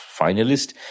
finalist